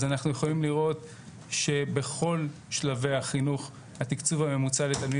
אז אנחנו יכולים לראות שבכל שלבי החינוך בתקצוב הממוצע לתלמיד